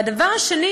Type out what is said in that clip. והדבר השני,